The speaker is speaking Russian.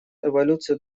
эволюции